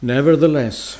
Nevertheless